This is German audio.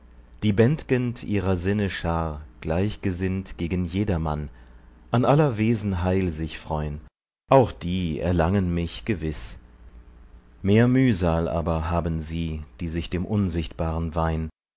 die bänd'gend ihrer sinne schar gleichgesinnt gegen jedermann an aller wesen heil sich freun auch die erlangen mich gewiß mehr mühsal aber haben sie die sich dem unsichtbaren weihn